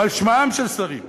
היא על שמם של שרים שאמרו: